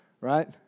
right